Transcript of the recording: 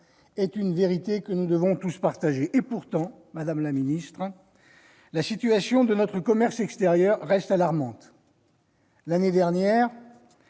c'est une vérité que nous devons tous partager ! Pourtant, madame la secrétaire d'État, la situation de notre commerce extérieur reste alarmante : l'année dernière,